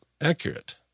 accurate